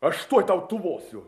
aš tuoj tau tvosiu